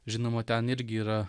žinoma ten irgi yra